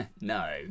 no